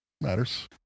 Matters